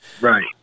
Right